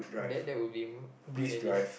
that that would be good already